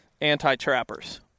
anti-trappers